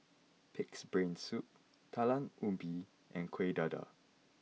Pig'S Brain Soup Yalam Ubi and Kueh Dadar